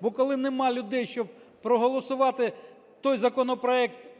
Бо коли нема людей, щоб проголосувати той законопроект,